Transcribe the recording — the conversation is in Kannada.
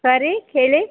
ಸಾರಿ ಕೇಳಿ